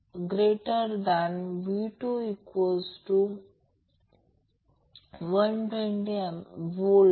तर या सगळ्या गोष्टी या मध्ये भरा f0 1048π हर्ट्झ मिळाले आहे